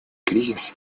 кризис